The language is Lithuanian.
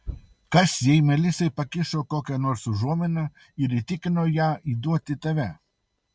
kas jei melisai pakišo kokią nors užuominą ir įtikino ją įduoti tave